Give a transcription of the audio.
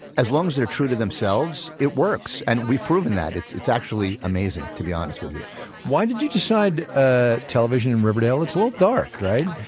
as long as they're true to themselves, it works. and we've proven that. it's it's actually amazing, to be honest with you why did you decide ah television and riverdale? it's a little dark, right?